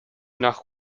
nach